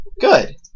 good